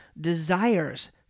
desires